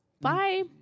Bye